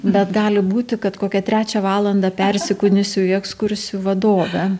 bet gali būti kad kokią trečią valandą persikūnysiu į ekskursijų vadovę